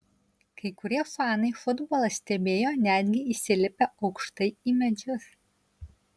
kai kurie fanai futbolą stebėjo netgi įsilipę aukštai į medžius